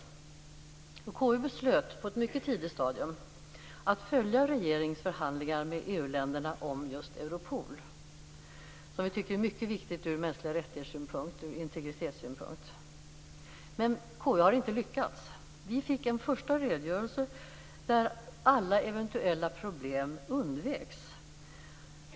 Konstitutionsutskottet beslöt på ett mycket tidigt stadium att följa regeringens förhandlingar med EU länderna om just Europol, som vi tycker är en mycket viktig fråga med tanke på mänskliga rättigheter och ur integritetssynpunkt. Men konstitutionsutskottet har inte lyckats. Vi fick en första redogörelse där alla eventuella problem undveks.